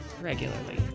Regularly